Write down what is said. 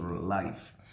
life